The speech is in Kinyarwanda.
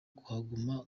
kuhaguma